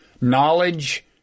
knowledge